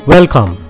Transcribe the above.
Welcome